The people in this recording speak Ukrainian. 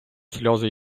сльози